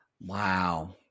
Wow